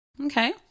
Okay